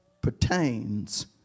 pertains